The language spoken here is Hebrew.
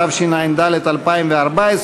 התשע"ד 2014,